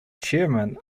chairman